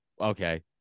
okay